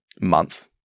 month